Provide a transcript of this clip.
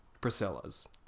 priscilla's